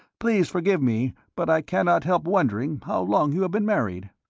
please forgive me but i cannot help wondering how long you have been married?